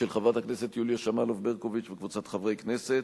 של חברת הכנסת יוליה שמאלוב-ברקוביץ וקבוצת חברי הכנסת,